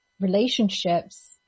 relationships